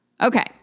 Okay